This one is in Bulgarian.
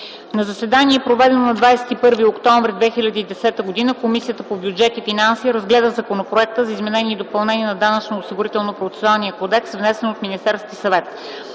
На заседание, проведено на 21 октомври 2010 г., Комисията по бюджет и финанси разгледа Законопроекта за изменение и допълнение на Данъчно-осигурителния процесуален кодекс, внесен от Министерския съвет.